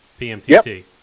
PMTT